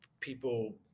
people